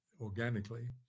organically